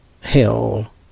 hell